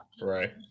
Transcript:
Right